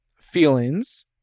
feelings